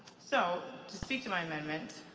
so to speak to my amendment,